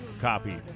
copy